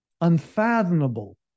unfathomable